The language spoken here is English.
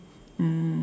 mm